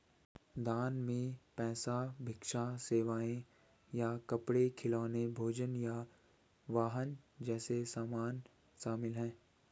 दान में पैसा भिक्षा सेवाएं या कपड़े खिलौने भोजन या वाहन जैसे सामान शामिल हैं